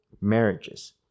marriages